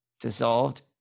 dissolved